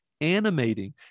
animating